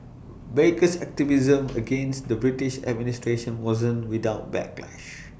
baker's activism against the British administration wasn't without backlash